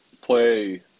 play